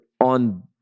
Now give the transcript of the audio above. on